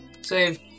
Save